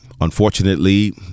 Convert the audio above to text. Unfortunately